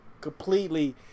completely